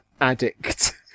addict